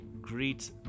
greet